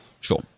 Sure